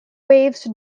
waves